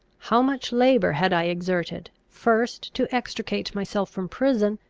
how much labour had i exerted, first to extricate myself from prison,